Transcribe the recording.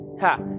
ha